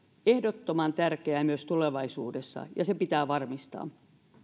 ehdottoman tärkeää myös tulevaisuudessa ja se pitää varmistaa